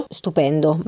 stupendo